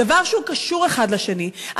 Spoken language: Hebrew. דברים שקשורים אחד לשני,